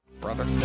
Brother